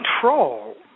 control